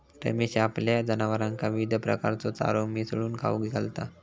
रमेश आपल्या जनावरांका विविध प्रकारचो चारो मिसळून खाऊक घालता